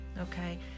Okay